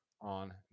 on